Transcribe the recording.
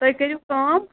تُہۍ کٔرِو کٲم